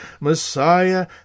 Messiah